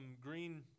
green